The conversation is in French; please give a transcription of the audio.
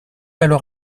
alors